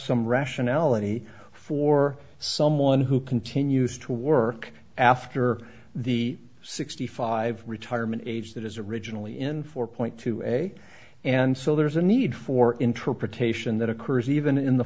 some rationality for someone who continues to work after the sixty five retirement age that is originally in four point two a and so there is a need for interpretation that occurs even in the